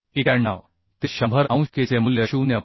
91 ते 100 अंश K चे मूल्य 0